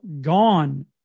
gone